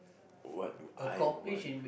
what do I want to